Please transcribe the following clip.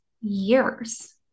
years